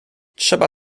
trzeba